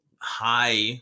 high